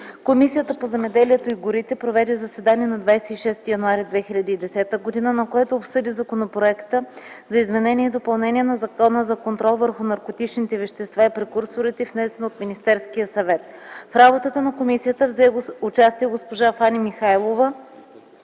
„Комисията по земеделието и горите проведе заседание на 26 януари 2010 г., на което обсъди Законопроекта за изменение и допълнение на Закона за контрол върху наркотичните вещества и прекурсорите, внесен от Министерския съвет. В работата на комисията взе участие госпожа Фани Михайлова,